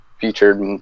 featured